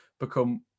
become